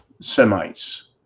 Semites